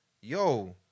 yo